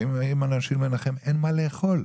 באים אנשים לנחם ואין מה לאכול.